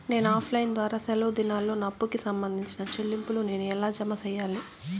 నేను offline ద్వారా సెలవు దినాల్లో నా అప్పుకి సంబంధించిన చెల్లింపులు నేను ఎలా జామ సెయ్యాలి?